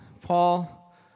Paul